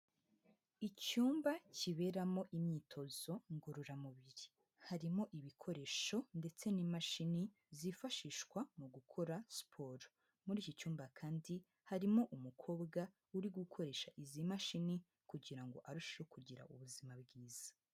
Icyumba kiberamo imyitozo ngororamubiri, harimo ibikoresho ndetse n'imashini zifashishwa mu gukora siporo, muri iki cyumba kandi harimo umukobwa uri gukoresha izi mashini kugira ngo arusheho kugira ubuzima bwiza.